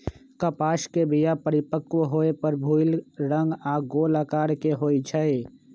कपास के बीया परिपक्व होय पर भूइल रंग आऽ गोल अकार के होइ छइ